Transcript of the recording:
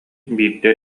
биирдэ